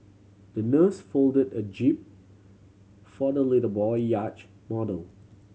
the nurse folded a jib for the little boy yacht model